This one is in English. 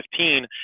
2015